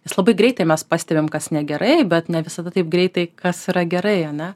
nes labai greitai mes pastebim kas negerai bet ne visada taip greitai kas yra gerai ane